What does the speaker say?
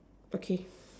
okay